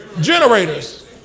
generators